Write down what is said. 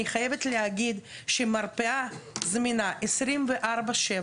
אני חייבת להגיד שמרפאה זמינה 24/7,